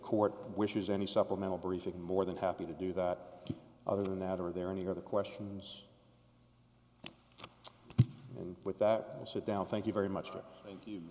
court wishes any supplemental briefing more than happy to do that other than that or are there any other questions and with that sit down thank you very much